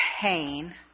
pain